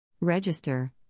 Register